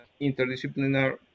interdisciplinary